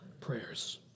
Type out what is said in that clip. prayers